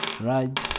right